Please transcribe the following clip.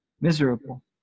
Miserable